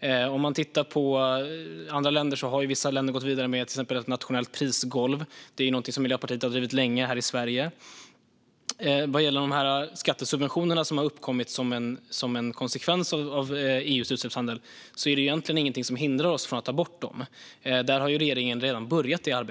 Vissa andra länder har gått vidare med till exempel ett nationellt prisgolv. Det är något som Miljöpartiet har drivit länge här i Sverige. Vad gäller skattesubventionerna som har uppkommit som en konsekvens av EU:s utsläppshandel är det egentligen inget som hindrar oss från att ta bort dem. Det arbetet har regeringen redan börjat. Vi har